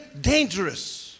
dangerous